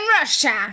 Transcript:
Russia